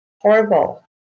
horrible